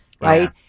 right